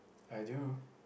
I do